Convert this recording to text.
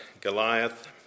Goliath